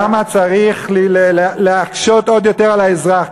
למה צריך להקשות עוד יותר על האזרח.